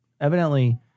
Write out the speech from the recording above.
evidently